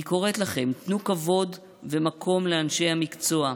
אני קוראת לכם: תנו כבוד ומקום לאנשי המקצוע.